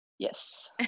Yes